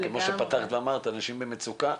כמו שפתחת ואמרת, אנשים במצוקה,